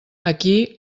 aquí